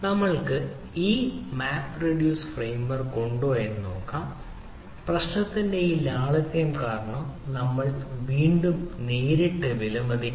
നമ്മൾക്ക് ഈ map reduce framework ഉണ്ടോ എന്ന് നോക്കാം പ്രശ്നത്തിന്റെ ഈ ലാളിത്യം കാരണം നമ്മൾ വീണ്ടും നേരിട്ട് വിലമതിക്കില്ല